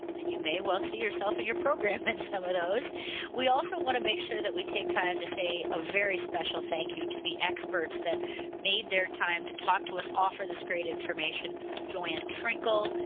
and you may well see yourself and your program in some of those we also want to make sure that we take time to say a very special thank you to the experts that made their time to talk to us offer this great information joanne trinkle,